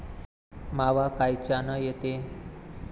मावा कायच्यानं येते?